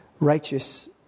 Righteous